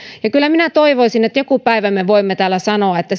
kyllä minä toivoisin että joku päivä me voimme täällä sanoa että